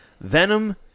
Venom